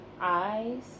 eyes